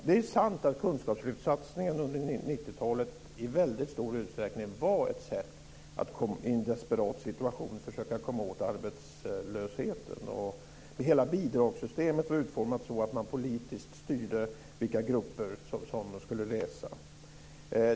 Det är sant att kunskapslyftssatsningen under 90 talet i väldigt stor utsträckning var ett sätt att i en desperat situation försöka komma åt arbetslösheten. Hela bidragssystemet var utformat så att man politiskt styrde vilka grupper som skulle läsa.